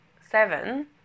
seven